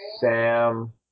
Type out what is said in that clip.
Sam